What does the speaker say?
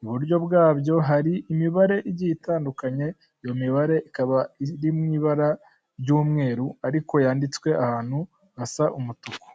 iburyo bwabyo hari imibare igiye itandukanye iyo mibare ikaba iri mu ibara ry'umweru ariko yanditswe ahantu hasa umutuku.